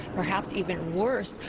perhaps even worse,